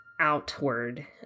outward